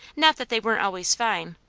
not that they weren't always fine,